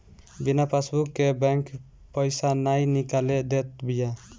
बिना पासबुक के बैंक पईसा ना निकाले देत बिया